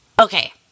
Okay